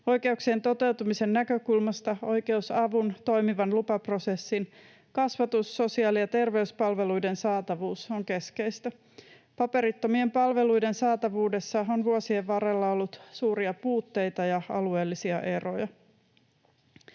Oikeuksien toteutumisen näkökulmasta oikeusavun, toimivan lupaprosessin ja kasvatus‑, sosiaali‑ ja terveyspalveluiden saatavuus on keskeistä. Paperittomien palveluiden saatavuudessa on vuosien varrella ollut suuria puutteita ja alueellisia eroja.